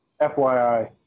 FYI